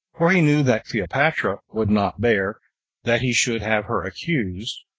for he knew that cleopatra would not bear that he should have her accused,